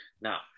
Now